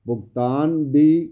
ਭੁਗਤਾਨ ਦੀ